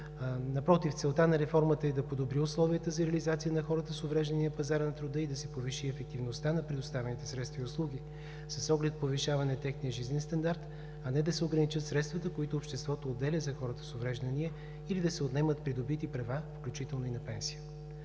Напротив, целта на реформата е да подобри условията за реализация на хората с увреждания на пазара на труда и да се повиши ефективността на предоставените средства и услуги с оглед повишаване на техния жизнен стандарт, а не да се ограничат средствата, които обществото отделя за хората с увреждания, или да се отнемат придобити права, включително и на пенсията.